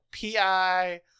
PI